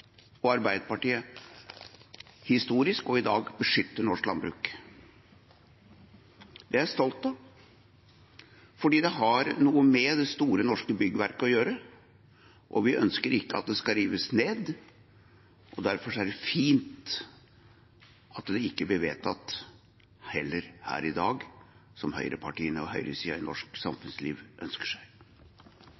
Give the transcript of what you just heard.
og Arbeiderpartiet historisk og i dag beskytter norsk landbruk. Det er jeg stolt av, fordi det har noe med det store norske byggverket å gjøre, og vi ønsker ikke at det skal rives ned. Derfor er det fint at det som høyrepartiene og høyresiden i norsk samfunnsliv ønsker seg, heller ikke blir vedtatt i dag. Odels- og